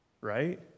Right